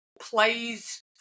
plays